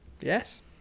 Yes